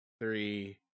three